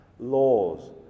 laws